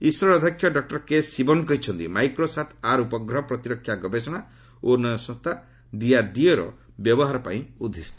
ଇସ୍ରୋର ଅଧ୍ୟକ୍ଷ ଡକ୍ର କେଶିବନ୍ କହିଛନ୍ତି ମାଇକ୍ରୋସାଟ୍ ଆର୍ ଉପଗ୍ରହ ପ୍ରତିରକ୍ଷା ଗବେଷଣା ଓ ଉନ୍ନୟନ ସଂସ୍ଥା ଡିଆର୍ଡିଓର ବ୍ୟବହାର ପାଇଁ ଉଦ୍ଦିଷ୍ଟ